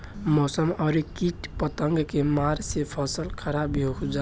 मौसम अउरी किट पतंगा के मार से फसल खराब भी हो जाला